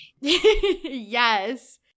yes